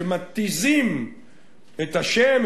שמתיזים את השם,